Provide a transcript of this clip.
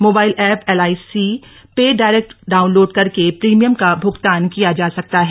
mobile app L I C पे direct download करके premium का भूगतान किया जा सकता है